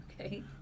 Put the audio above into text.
Okay